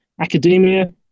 academia